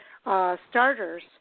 starters